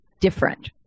different